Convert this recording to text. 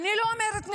אני לא אומרת שנכשלת,